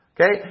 Okay